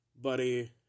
buddy